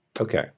Okay